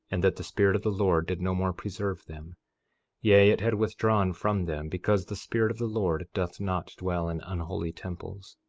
and that the spirit of the lord did no more preserve them yea, it had withdrawn from them because the spirit of the lord doth not dwell in unholy temples